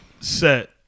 set